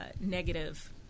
negative